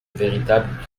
véritable